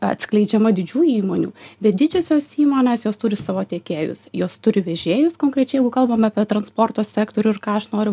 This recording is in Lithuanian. atskleidžiama didžiųjų įmonių bet didžiosios įmonės jos turi savo tiekėjus jos turi vežėjus konkrečiai jeigu kalbame apie transporto sektorių ir ką aš noriu